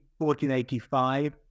1485